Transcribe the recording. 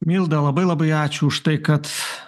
milda labai labai ačiū už tai kad